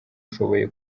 ushoboye